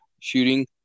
shooting